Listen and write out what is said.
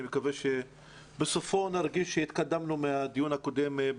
מקווה שבסופו נרגיש שהתקדמנו מהדיון הקודם.